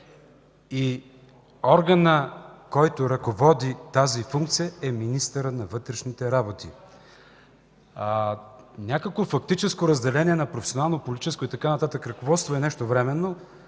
Органът, който ръководи тази функция, е министърът на вътрешните работи. Някакво фактическо разделение на професионално, политическо и така нататък ръководство е нещо временно,